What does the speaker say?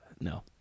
No